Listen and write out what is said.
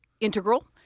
integral